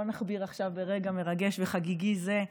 לא נכביר עכשיו ברגע מרגש וחגיגי זה,